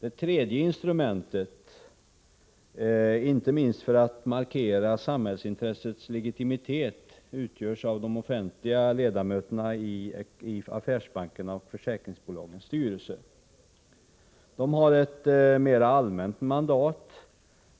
Det tredje instrumentet — inte minst för att markera samhällsintressets legitimitet — utgörs av de offentliga ledamöterna i affärsbankernas och försäkringsbolagens styrelser. De har ett mera allmänt mandat